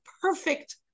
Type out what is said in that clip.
perfect